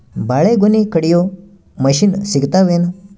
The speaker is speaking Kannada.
ಬಾಳಿಗೊನಿ ಕಡಿಯು ಮಷಿನ್ ಸಿಗತವೇನು?